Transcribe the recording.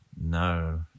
No